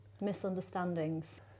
Misunderstandings